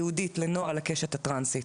ייעודית לנוער על הקשת הטרנסית.